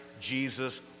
Jesus